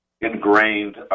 ingrained